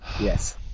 Yes